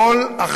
ייתנו עכשיו,